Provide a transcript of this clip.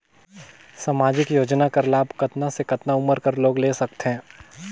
समाजिक योजना कर लाभ कतना से कतना उमर कर लोग ले सकथे?